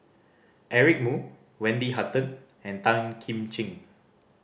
Eric Moo Wendy Hutton and Tan Kim Ching